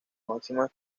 máximos